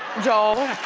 joel.